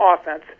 offense